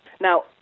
Now